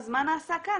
אז מה נעשה כאן?